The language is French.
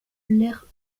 l’aire